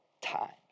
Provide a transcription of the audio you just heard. times